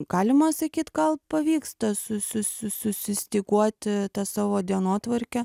galima sakyt gal pavyksta su su su susistyguoti tą savo dienotvarkę